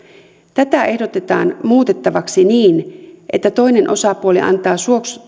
tätä ehdotetaan muutettavaksi niin että toinen osapuoli antaa